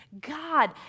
God